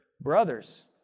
Brothers